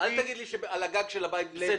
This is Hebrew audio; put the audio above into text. אל תגיד לי שעל הגג של הבית זה בסדר.